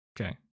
Okay